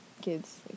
kids